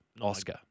Oscar